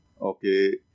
okay